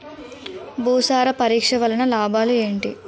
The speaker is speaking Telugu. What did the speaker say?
భూసార పరీక్ష వలన లాభాలు ఏంటి?